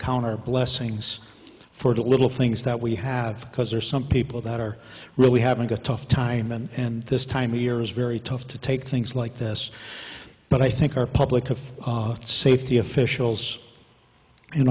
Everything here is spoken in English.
counter blessings for the little things that we have because there are some people that are really having a tough time and this time of year is very tough to take things like this but i think our public safety officials